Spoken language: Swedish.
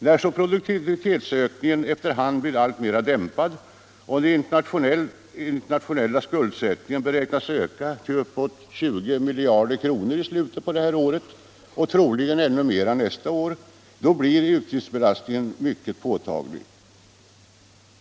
När så produktivitetsökningen efter hand blir alltmera dämpad och den internationella”skuldsättningen beräknas öka till uppemot 20 miljarder kronor i slutet av det här året — och troligen ännu mera nästa år — blir utgiftsbelastningen mycket påtaglig.